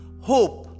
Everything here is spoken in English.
hope